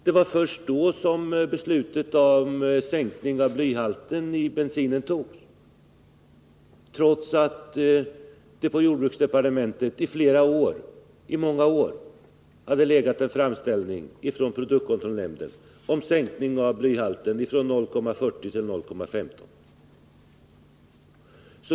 Det var först då beslutet om sänkningen av blyhalten i bensin fattades, trots att det i många år på jordbruksdepartementet hade legat en framställning från produktkontrollnämnden om sänkning av blyhalten från 0,40 till 0,15.